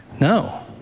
No